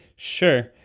Sure